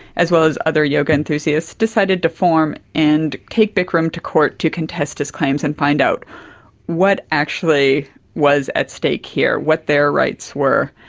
as well as other yoga enthusiasts, decided to form and take bikram to court to contest his claims and find out what actually was at stake here, what their rights were,